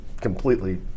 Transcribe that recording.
completely